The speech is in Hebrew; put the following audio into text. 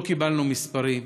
לא קיבלנו מספרים,